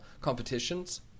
competitions